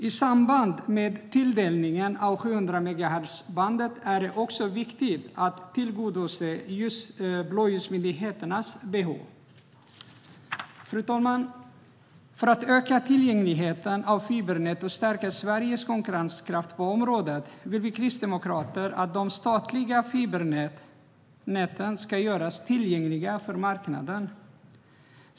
I samband med tilldelningen av 700-megahertzbandet är det också viktigt att tillgodose blåljusmyndigheternas behov. Fru talman! För att öka tillgängligheten av fibernät och stärka Sveriges konkurrenskraft på området vill vi kristdemokrater att de statliga fibernäten ska göras tillgängliga för marknaden.